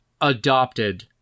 adopted